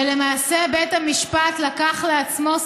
ולמעשה בית המשפט לקח לעצמו סמכות,